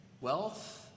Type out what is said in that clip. Wealth